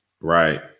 Right